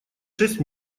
шесть